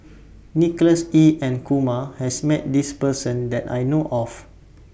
Nicholas Ee and Kumar has Met This Person that I know of